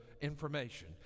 information